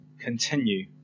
continue